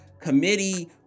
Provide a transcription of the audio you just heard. committee